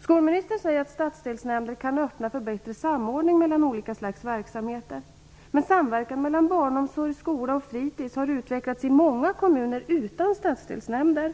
Skolministern säger att stadsdelsnämnder kan öppna för bättre samordning mellan olika slags verksamheter, men samverkan mellan barnomsorg, skola och fritis har utvecklats i många kommuner utan stadsdelsnämnder.